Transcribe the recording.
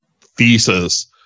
thesis